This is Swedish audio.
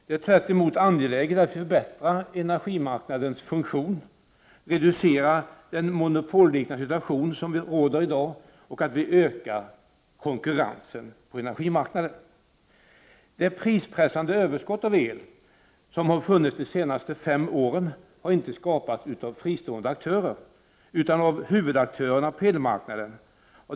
Det är tvärtom angeläget att vi förbättrar energimarknadens funktion, reducerar den monopolliknande situation som i dag råder och skapar en ökad konkurrens på energimarknaden. Det prispressande överskott på el som har funnits de senaste fem åren har inte skapats av fristående aktörer, utan av huvudaktörerna på elmarknaden.